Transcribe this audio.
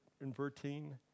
inverting